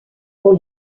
pour